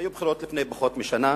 היו בחירות לפני פחות משנה.